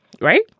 right